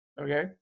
Okay